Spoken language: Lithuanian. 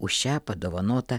už šią padovanotą